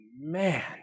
man